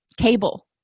cable